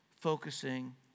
focusing